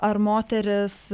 ar moteris